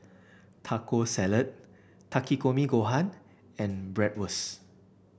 Taco Salad Takikomi Gohan and Bratwurst